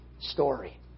story